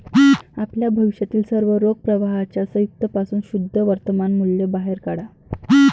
आपल्या भविष्यातील सर्व रोख प्रवाहांच्या संयुक्त पासून शुद्ध वर्तमान मूल्य बाहेर काढा